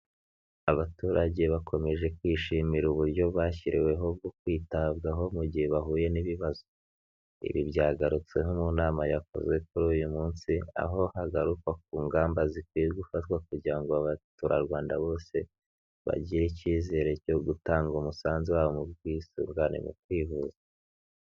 Abaturage bakomeje kwishimira uburyo bashyiriweho bwo kwitabwaho mu gihe bahuye n'ibibazo. Ibi, byagarutsweho mu nama yakozwe kuri uyu munsi aho hagarukwa ku ngamba zikwiye gufatwa kugira ngo abaturarwanda bose bagire icyizere cyo gutanga umusanzu wabo mu bwisungane mu kwihuza.